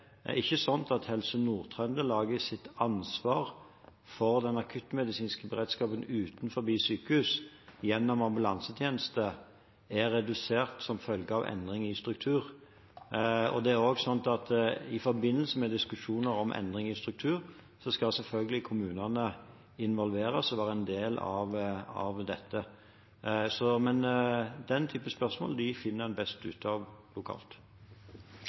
Det er ikke slik at Helse Nord-Trøndelags ansvar for den akuttmedisinske beredskapen utenfor sykehus gjennom ambulansetjeneste er redusert som følge av endring i struktur. Det er slik at i forbindelse med diskusjoner om endring i struktur skal selvfølgelig kommunene involveres og være en del av dette. Men den type spørsmål finner en best ut av lokalt.